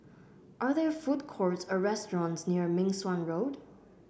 are there food courts or restaurants near Meng Suan Road